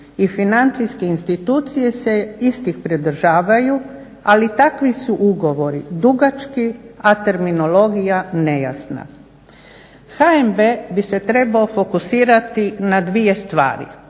financijske institucije se istih pridržavaju, ali takvi su ugovori dugački, a terminologija nejasna. HNB bi se trebao fokusirati na dvije stvari.